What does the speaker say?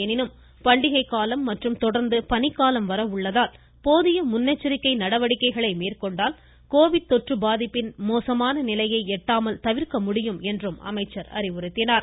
எனினும் பண்டிகை காலம் மற்றும் தொடர்ந்து பனிக்காலம் வர உள்ளதால் போதிய முன்னெச்சரிக்கை நடவடிக்கைகளை மேற்கொண்டால் கோவிட் தொற்று பாதிப்பின் மோசமான நிலையை எட்டாமல் தவிர்க்க முடியும் என அவர் அறிவுறுத்தியுள்ளார்